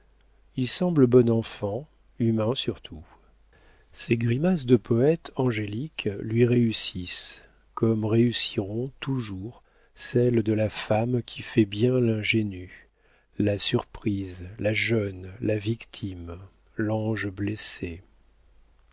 il semble bon enfant humain surtout ces grimaces de poëte angélique lui réussissent comme réussiront toujours celles de la femme qui fait bien l'ingénue la surprise la jeune la victime l'ange blessé